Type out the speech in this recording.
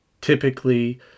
typically